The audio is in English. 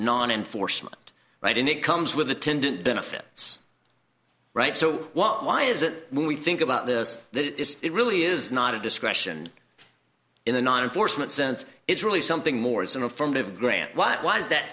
non enforcement right and it comes with attendant benefits right so what why is it when we think about this is it really is not a discretion in the non enforcement sense it's really something more as an affirmative grant what was that